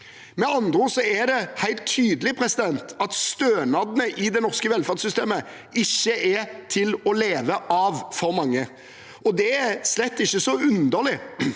Med andre ord er det helt tydelig at stønadene i det norske velferdssystemet ikke er til å leve av for mange. Det er slett ikke så underlig.